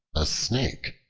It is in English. a snake,